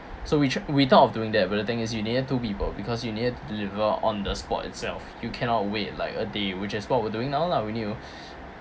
so which we thought of doing that but the thing is you need two people because you need to deliver on the spot itself you cannot wait like a day which is what we're doing now lah when you